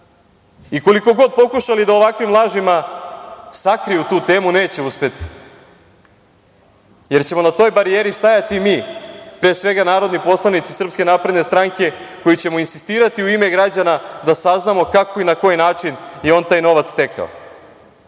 Srbije. Koliko god pokušali da ovakvim lažima sakriju tu temu neće uspeti, jer ćemo na toj barijeri stajati mi, pre svega, narodni poslanici SNS koji ćemo insistirati u ime građana da saznamo kako i na koji način je on taj novac stekao,